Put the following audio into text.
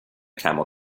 camel